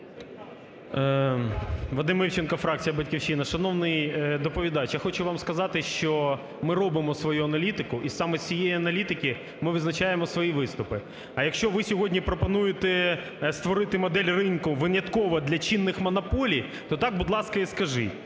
Вадим Івченко, фракція "Батьківщина". Шановний доповідач, я хочу вам сказати, що ми робимо свою аналітику. І саме з цієї аналітики ми визначаємо свої виступи. А якщо ви сьогодні пропонуєте створити модель ринку винятково для чинних монополій, то так, будь ласка, і скажіть.